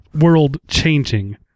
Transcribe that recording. world-changing